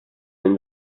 and